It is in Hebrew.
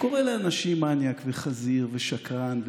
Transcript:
קורא לאנשים מניאק וחזיר ושקרן.